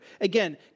Again